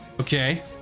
Okay